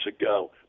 ago